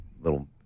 little